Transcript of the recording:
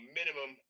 minimum